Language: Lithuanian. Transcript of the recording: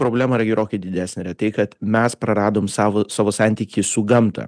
problema yra gerokai didesnė tai yra tai kad mes praradom savo savo santykį su gamta